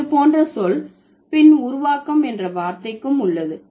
இதே போன்ற சொல் பின் உருவாக்கம் என்ற வார்த்தைக்கும் உள்ளது